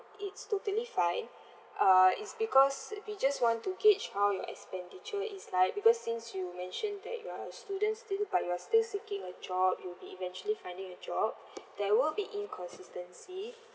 it's totally fine uh it's because we just want to gauge how your expenditure is like because since you mentioned that you are a student still but you are still seeking a job you'll be eventually finding a job there will be inconsistency